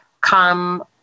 come